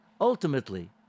ultimately